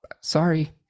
sorry